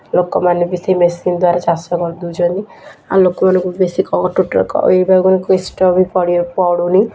ଲୋକମାନେ ବି ସେଇ ମେସିନ୍ ଦ୍ୱାରା ଚାଷ କରିଦେଉଛନ୍ତି ଆଉ ଲୋକମାନଙ୍କୁ ବେଶୀ କଷ୍ଟ ବି ପଡ଼ୁନି